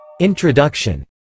Introduction